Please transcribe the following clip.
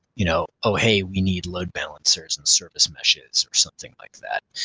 you know oh hey we need load balancers and service meshes, or something like that.